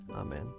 Amen